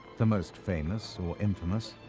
the most famous or infamous,